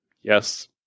Yes